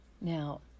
Now